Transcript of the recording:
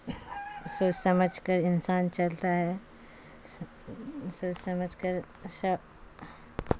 سوچ سمجھ کر انسان چلتا ہے سوچ سمجھ کر سب